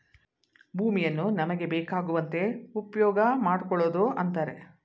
ಭೂಮಿಯನ್ನು ನಮಗೆ ಬೇಕಾಗುವಂತೆ ಉಪ್ಯೋಗಮಾಡ್ಕೊಳೋದು ಅಂತರೆ